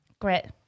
Great